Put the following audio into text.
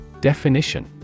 Definition